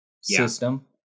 system